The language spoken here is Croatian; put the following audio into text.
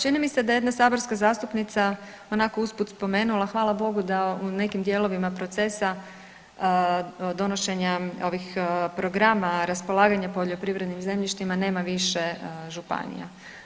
Čini mi se da je jedna saborska zastupnica onako usput spomenula, hvala Bogu da u nekim dijelovima procesa od donošenja ovih programa raspolaganja poljoprivrednim zemljištima nema više županija.